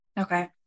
Okay